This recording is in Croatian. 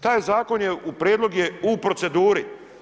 Taj zakon je u prijedlog je u proceduri.